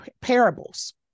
parables